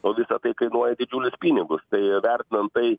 o visa tai kainuoja didžiulius pinigus tai vertinant tai